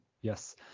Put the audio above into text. Yes